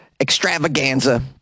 extravaganza